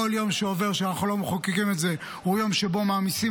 כל יום שעובר שאנחנו לא מחוקקים את זה הוא יום שבו מעמיסים,